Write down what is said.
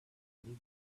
little